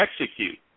execute